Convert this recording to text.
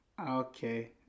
Okay